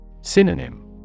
Synonym